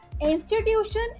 institution